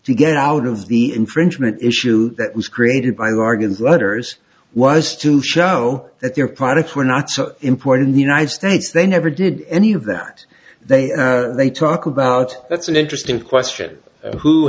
to get out of the infringement issue that was created by the organs letters was to show that their products were not so important in the united states they never did any of that they they talk about that's an interesting question who